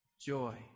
joy